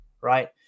right